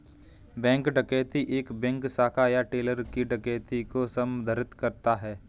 bank डकैती एक bank शाखा या टेलर की डकैती को संदर्भित करता है